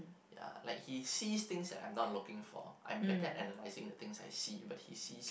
ya like he sees things that I'm not looking for I'm better at analysing the things I see but he sees